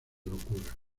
locura